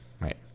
Right